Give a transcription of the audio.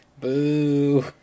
Boo